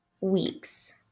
weeks